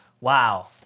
Wow